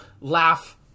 laugh